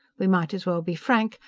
we might as well be frank.